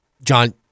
John